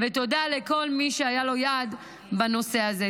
ותודה לכל מי שהייתה לו יד בנושא הזה.